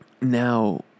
now